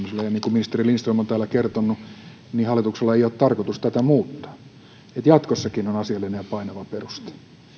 ministeri lindström on täällä kertonut hallituksella ei ole tarkoitus tätä muuttaa että jatkossakin on asiallinen ja painava peruste